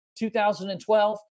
2012